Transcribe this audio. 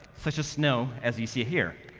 such as snow, as you see here.